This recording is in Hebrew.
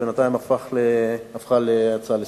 שבינתיים הפכה להצעה לסדר-היום.